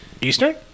Eastern